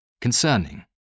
concerning